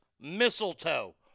mistletoe